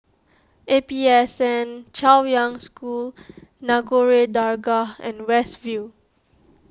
A P S N Chaoyang School Nagore Dargah and West View